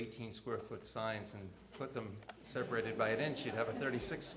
eighteen square foot science and put them separated by then she'd have a thirty six